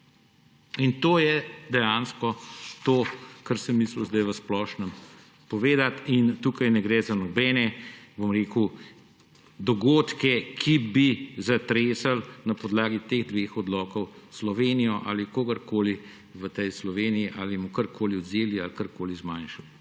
To je dejansko to, kar sem mislil zdaj v splošnem, in tukaj ne gre za nobene dogodke, ki bi zatresli na podlagi teh dveh odlokov Slovenijo ali kogarkoli v tej Sloveniji ali mu karkoli odvzeli ali karkoli zmanjšali.